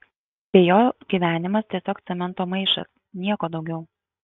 be jo gyvenimas tiesiog cemento maišas nieko daugiau